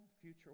future